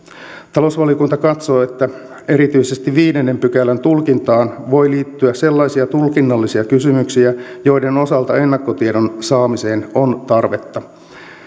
talousvaliokunta katsoo että erityisesti viidennen pykälän tulkintaan voi liittyä sellaisia tulkinnallisia kysymyksiä joiden osalta ennakkotiedon saamiseen on tarvetta